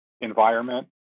environment